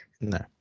No